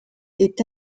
est